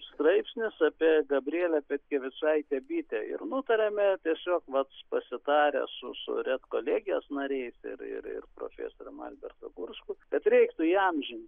straipsnis apie gabrielę petkevičaitę bitę ir nutarėme tiesiog vat pasitaręs su su redkolegijos nariais ir ir profesorium albertu gursku kad reiktų įamžinti